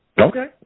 Okay